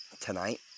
Tonight